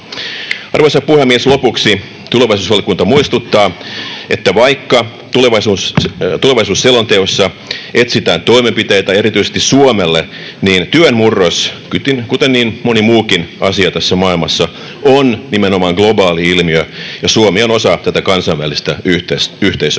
Arvoisa puhemies! Lopuksi: Tulevaisuusvaliokunta muistuttaa, että vaikka tulevaisuusselonteossa etsitään toimenpiteitä erityisesti Suomelle, niin työn murros, kuten niin moni muukin asia tässä maailmassa, on nimenomaan globaali ilmiö ja Suomi on osa tätä kansainvälistä yhteisöä.